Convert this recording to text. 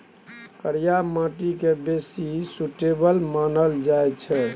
करिया माटि केँ बेसी सुटेबल मानल जाइ छै